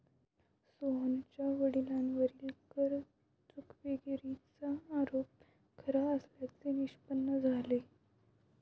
सोहनच्या वडिलांवरील कर चुकवेगिरीचा आरोप खरा असल्याचे निष्पन्न झाले